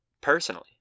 personally